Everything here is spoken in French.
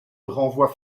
renvoie